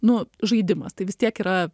nu žaidimas tai vis tiek yra